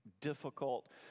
difficult